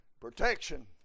protection